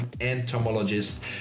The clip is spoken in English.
entomologist